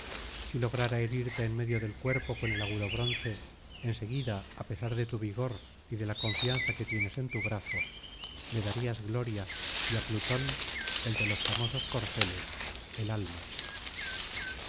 si lograra herirte en medio del cuerpo con el agudo bronce en seguida á pesar de tu vigor y de la confianza que tienes en tu brazo me darías gloria y á plutón el de los famosos corceles el alma